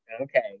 okay